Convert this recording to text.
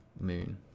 moon